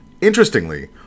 Interestingly